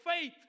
faith